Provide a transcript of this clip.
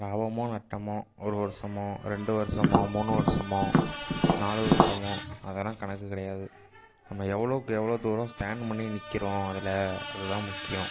லாபமோ நஷ்டமோ ஒரு வருஷமோ ரெண்டு வருஷமோ மூணு வருஷமோ நாலு வருஷமோ அதெல்லாம் கணக்கு கிடையாது நம்ம எவ்வ்ளோக்கெவ்ளோவு தூரம் ஸ்டேன்ட் பண்ணி நிற்கிறோம் அதில் அது தான் முக்கியம்